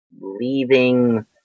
leaving